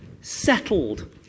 Settled